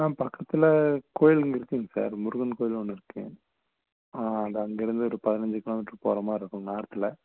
ஆ பக்கத்தில் கோவில் இருக்குங்க சார் முருகன் கோவில் ஒன்று இருக்குது அது அங்கேருந்து ஒரு பதினஞ்சி கிலோ மீட்ருக்கு போகிற மாதிரி இருக்கும் நார்த்தில்